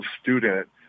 student